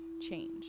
change